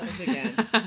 again